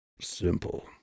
simple